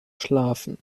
schlafen